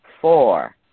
Four